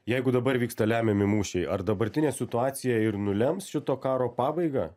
jeigu dabar vyksta lemiami mūšiai ar dabartinė situacija ir nulems šito karo pabaigą